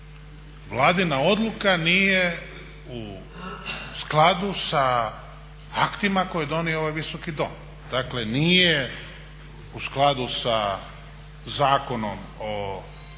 Vladina odluka nije u skladu sa aktima koje je donio ovaj Visoki dom, dakle nije u skladu sa Zakonom o